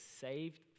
saved